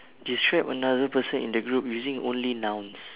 describe another person in the group using only nouns